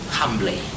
humbly